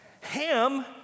Ham